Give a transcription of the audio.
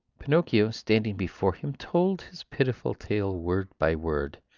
pinocchio, standing before him, told his pitiful tale, word by word.